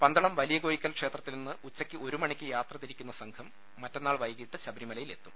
പന്തളം വലിയകോയിക്കൽ ക്ഷേത്രത്തിൽ നിന്ന് ഉച്ചക്ക് ഒരു മണിക്ക് യാത്ര തിരിക്കുന്ന സംഘം മറ്റന്നാൾ വൈകീട്ട് ശബ രിമലയിൽ എത്തും